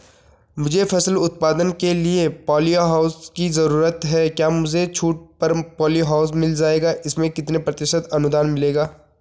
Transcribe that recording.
मुझे फसल उत्पादन के लिए प ॉलीहाउस की जरूरत है क्या मुझे छूट पर पॉलीहाउस मिल जाएगा इसमें कितने प्रतिशत अनुदान मिलेगा?